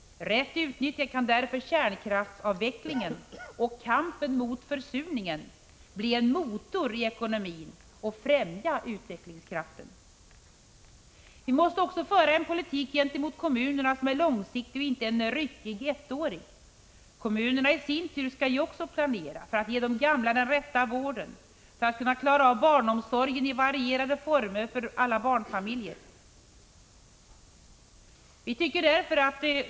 Rätt utnyttjad kan därför kärnkraftsavvecklingen och kampen mot försurningen bli en motor i ekonomin och främja utvecklingskraften. Vi måste föra en politik gentemot kommunerna som är långsiktig, inte en ryckig ettårig. Kommunerna i sin tur skall ju också planera för att ge de gamla den rätta vården, för att kunna klara av barnomsorgen i varierade former för alla barnfamiljer.